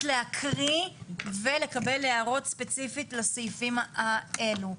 להקריא ולקבל הערות ספציפית לסעיפים האלו.